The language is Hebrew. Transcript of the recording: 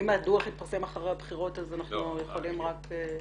אם הדוח יתפרסם אחרי הבחירות אז אנחנו יכולים רק...